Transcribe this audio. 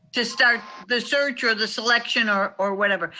to start the search or the selection, or or whatever.